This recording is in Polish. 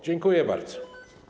Dziękuję bardzo.